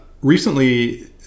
Recently